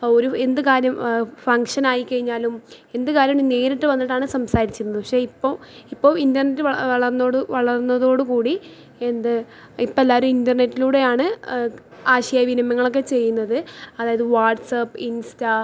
ഒരു എന്തു കാര്യം ഫങ്ക്ഷൻ ആയി കഴിഞ്ഞാലും എന്തു കാര്യോണ്ടെങ്കിലും നേരിട്ട് വന്നിട്ടാണ് സംസാരിച്ചിരുന്നത് പക്ഷേ ഇപ്പോൾ ഇപ്പോൾ ഇൻ്റർനെറ്റ് വളർന്നതോടെ വളർന്നതോടുകൂടി എന്ത് ഇപ്പം എല്ലാവരും ഇൻ്റർനെറ്റിലൂടെയാണ് ആശയവിനിമങ്ങളക്കെ ചെയ്യുന്നത് അതായത് വാട്സാപ്പ് ഇൻസ്റ്റാ